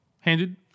handed